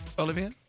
Olivia